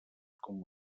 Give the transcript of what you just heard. com